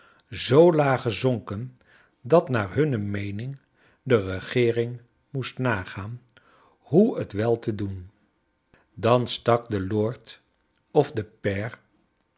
zoo laag gezonken dat naar hunne meening de regeering moest nagaan hoe het wel te doen dan stak de lord of de pair